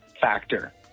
factor